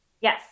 yes